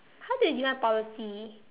how did you define policy